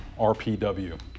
RPW